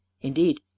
Indeed